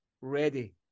ready